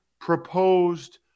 proposed